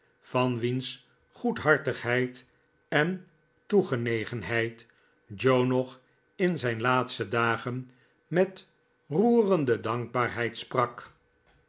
van wiens goedhartigheid en toegenegenheid joe nog in zijne laatste dagen met roerende dankbaarheid sprak